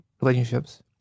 relationships